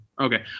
Okay